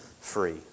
free